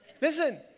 Listen